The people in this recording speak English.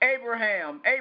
Abraham